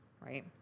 right